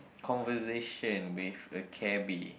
conversation with a cabby